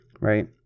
right